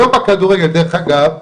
היום בכדורגל דרך אגב,